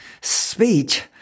speech